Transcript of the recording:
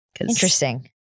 Interesting